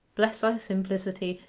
bless thy simplicity,